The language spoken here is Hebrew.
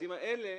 הנכסים האלה,